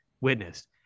witnessed